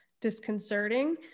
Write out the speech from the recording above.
disconcerting